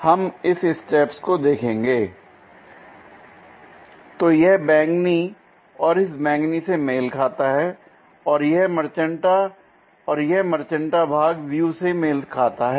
हम इस स्टेप्स को देखेंगे l तो यह बैंगनी और इस बैंगनी से मेल खाता है और यह मैजेंटा और यह मैजेंटा भाग व्यू से मेल खाता है